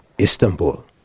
Istanbul